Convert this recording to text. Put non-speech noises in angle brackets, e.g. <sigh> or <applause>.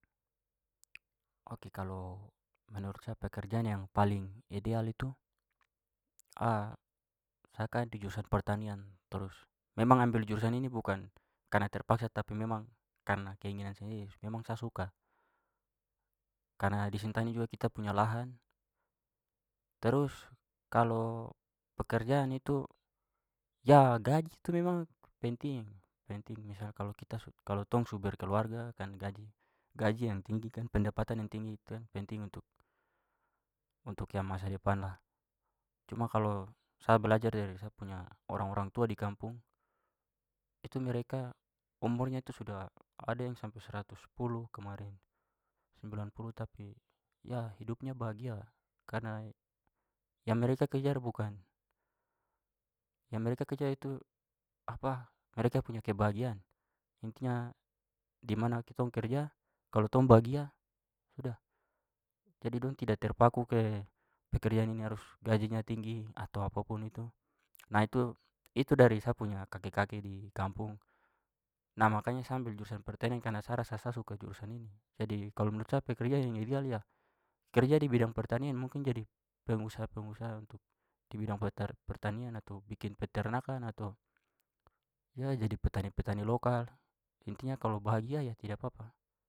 Ok, kalau menurut saya pekerjaan yang paling ideal itu <hesitation> sa kan di jurusan pertanian terus memang ambil jurusan ini bukan karena terpaksa tapi memang karena keinginan sendiri. Memang sa suka. Karena di sentani juga kita punya lahan. Terus kalau pekerjaan itu <hesitation> gaji tu memang penting- penting. Misal kalau kita- kalau tong su berkeluarga kan gaji- gaji yang tinggi kan pendapatan yang tinggi tu kan penting untuk- untuk yang masa depan lah. Cuma kalau sa belajar dari sa punya orang-orang tua di kampung itu mereka umurnya tu sudah ada yang sampai seratus sepuluh kemarin, sembilan puluh, tapi <hesitation> hidupnya bahagia karena yang mereka kejar bukan- yang mereka kejar itu <hesitation> mereka punya kebahagiaan. Intinya dimana kitong kerja kalau tong bahagia, sudah. Jadi dong tidak terpaku ke pekerjaan ini harus gajinya tinggi atau apapun itu. Nah itu- itu dari sa punya kakek-kakek di kampung. Nah, makanya sa ambil jurusan pertanian karena sa rasa sa suka jurusan ini. Jadi kalau menurut saya pekerjaan yang ideal <hesitation> kerja di bidang pertanian. Mungkin jadi pengusaha-pengusaha untuk di bidang peter- pertanian atau bikin peternakan atau <hesitation> jadi petani-petani lokal. Intinya kalau bahagia <hesitation> tidak papa.